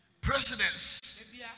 presidents